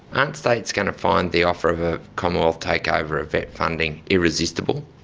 aren't states going to find the offer of a commonwealth takeover of vet funding irresistible?